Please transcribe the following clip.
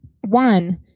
One